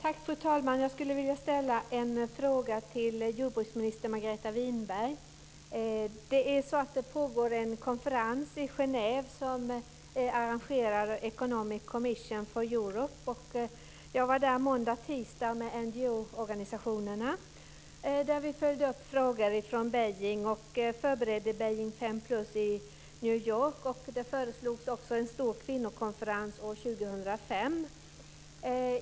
Fru talman! Jag skulle vilja ställa en fråga till jordbruksminister Margareta Winberg. Det pågår en konferens i Genève som arrangeras av Economic Commission for Europe. Jag var där i måndags och tisdags med NGO-organisationerna. Vi följde upp frågor från Peking och förberedde Peking + 5 i New York, och det föreslogs också en stor kvinnokonferens år 2005.